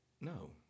no